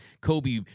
Kobe